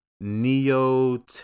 neo